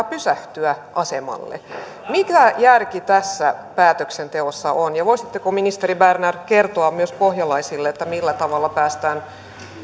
pysähtyä asemalle mikä järki tässä päätöksenteossa on ja voisitteko ministeri berner kertoa myös pohjalaisille millä tavalla päästään